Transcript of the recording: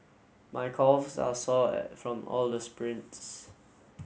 my calves are sore from all the sprints